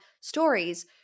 stories